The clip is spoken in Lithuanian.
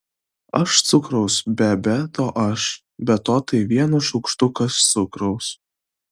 aš cukraus be be to aš be to tai vienas šaukštukas cukraus